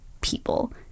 people